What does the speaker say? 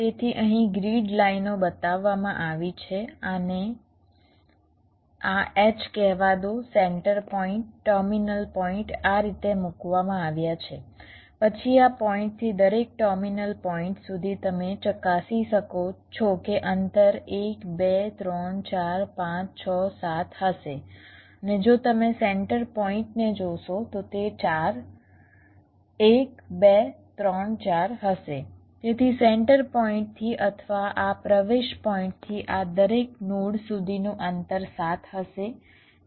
તેથી અહીં ગ્રીડ લાઈનો બતાવવામાં આવી છે આને આ H કહેવા દો સેન્ટર પોઇન્ટ ટર્મિનલ પોઇન્ટ આ રીતે મૂકવામાં આવ્યા છે પછી આ પોઇન્ટથી દરેક ટર્મિનલ પોઇન્ટ સુધી તમે ચકાસી શકો છો કે અંતર 1 2 3 4 5 6 7 હશે અને જો તમે સેન્ટર પોઇન્ટને જોશો તો તે 4 1 2 3 4 હશે તેથી સેન્ટર પોઇન્ટથી અથવા આ પ્રવેશ પોઇન્ટથી આ દરેક નોડ સુધીનું અંતર 7 હશે